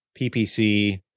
PPC